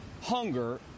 Hunger